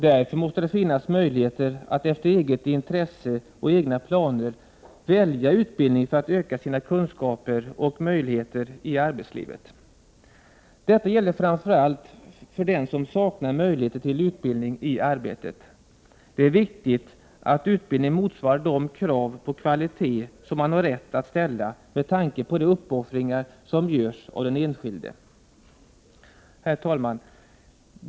Därför måste det finnas möjligheter att efter eget intresse och egna planer välja utbildning för att öka sina kunskaper och möjligheter i arbetslivet. Detta gäller framför allt för den som saknar möjligheter till utbildning i arbetet. Det är viktigt att utbildningen motsvarar de krav på kvalitet som man har rätt att ställa med tanke på de uppoffringar som görs av den enskilde. Herr talman!